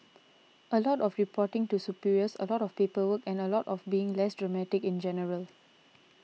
a lot of reporting to superiors a lot of paperwork and a lot of being less dramatic in general